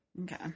Okay